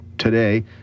Today